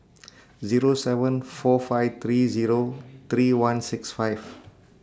Zero seven four five three Zero three one six five